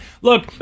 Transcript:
Look